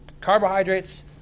Carbohydrates